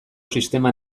sistema